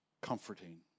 comforting